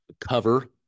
cover